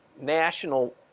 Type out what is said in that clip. national